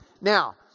Now